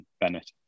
Bennett